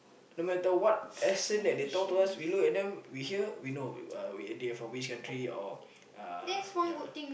no matter what accent that they talk to us we look at them we hear we know uh they are from which country or uh ya